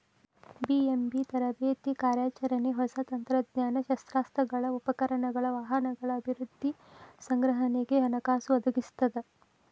BMB ತರಬೇತಿ ಕಾರ್ಯಾಚರಣೆ ಹೊಸ ತಂತ್ರಜ್ಞಾನ ಶಸ್ತ್ರಾಸ್ತ್ರಗಳ ಉಪಕರಣಗಳ ವಾಹನಗಳ ಅಭಿವೃದ್ಧಿ ಸಂಗ್ರಹಣೆಗೆ ಹಣಕಾಸು ಒದಗಿಸ್ತದ